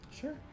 Sure